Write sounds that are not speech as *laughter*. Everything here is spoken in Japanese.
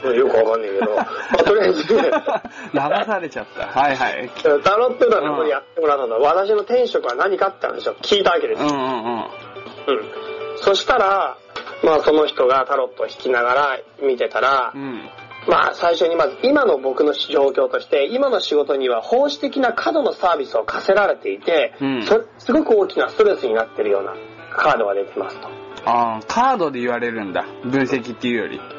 よくわかんないけど。まあ、とりあえず。 *laughs* 騙されちゃった。はいはい。うん、タロットのことにやってもらったの。うん。私の天職は何かって話を聞いたわけですよ。うんうんうん。うん。そしたら、まあ、その人がタロットを引きながら見てたら、うん。まあ、最初にまず今の僕の状況として、今の仕事には奉仕的な過度のサービスを課せられていて、うん。それ、すごく大きなストレスになってるようなカードが出てますと。あー、カードで言われるんだ。分析っていうより。